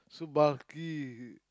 too bulky